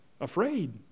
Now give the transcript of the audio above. Afraid